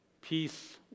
peace